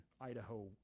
Idaho